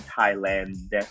Thailand